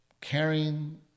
caring